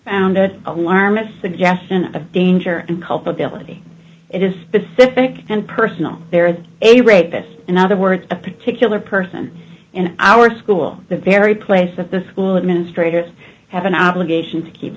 founded alarmist suggestion of danger and culpability it is specific and personal there at a rate that in other words a particular person in our school the very place that the school administrators have an obligation to keep